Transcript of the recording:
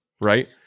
right